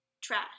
Trash